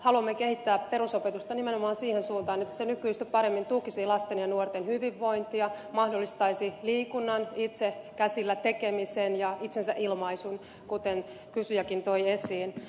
haluamme kehittää perusopetusta nimenomaan siihen suuntaan että se nykyistä paremmin tukisi lasten ja nuorten hyvinvointia mahdollistaisi liikunnan itse käsillä tekemisen ja itsensä ilmaisun kuten kysyjäkin toi esiin